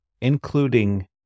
including